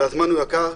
והזמן הוא יקר.